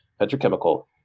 petrochemical